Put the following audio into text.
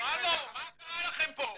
הלו מה קרה לכם פה?